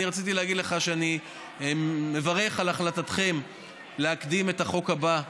אני רציתי להגיד לך שאני מברך על החלטתכם להקדים את החוק הבא בסדר-היום.